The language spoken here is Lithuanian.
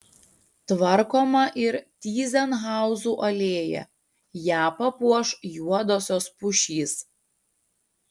tvarkoma ir tyzenhauzų alėja ją papuoš juodosios pušys